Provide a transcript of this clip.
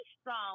strong